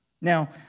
Now